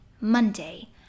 Monday